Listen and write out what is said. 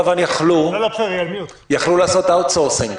היו יכולים לעשות אאוטסורסינג.